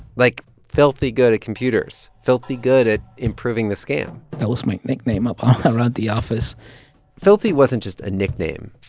like, filthy good at computers, filthy good at improving the scam that was my nickname up around the office filthy wasn't just a nickname.